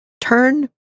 turn